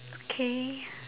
okay